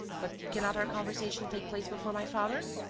but cannot our conversation take place before my father?